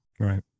Right